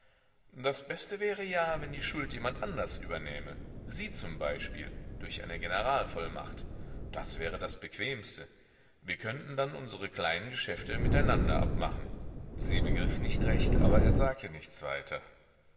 das beste wäre ja wenn die schuld jemand anders übernähme sie zum beispiel durch eine generalvollmacht das wäre das bequemste wir könnten dann unsere kleinen geschäfte miteinander abmachen sie begriff nicht recht aber er sagte nichts weiter